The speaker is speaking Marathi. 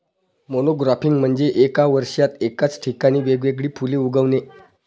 मोनोक्रॉपिंग म्हणजे एका वर्षात एकाच ठिकाणी वेगवेगळी फुले उगवणे